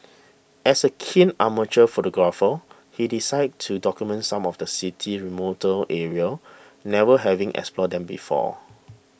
as a keen amateur photographer he decided to document some of the city's remoter areas never having explored them before